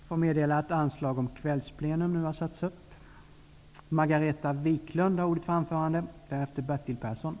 Jag får meddela att anslag nu har satts upp om att detta sammanträde skall fortsätta efter kl. 19.00.